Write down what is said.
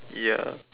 ya